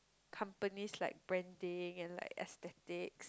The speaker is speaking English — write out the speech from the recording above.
company's like branding and like aesthetic